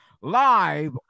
live